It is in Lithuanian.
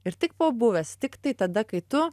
ir tik pabuvęs tiktai tada kai tu